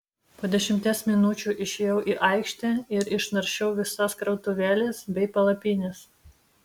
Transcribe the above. po dešimties minučių išėjau į aikštę ir išnaršiau visas krautuvėles bei palapines